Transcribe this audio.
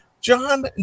john